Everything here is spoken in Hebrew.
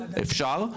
אפשר.